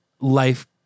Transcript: life